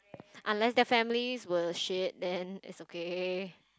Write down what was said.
unless their families were shit then its okay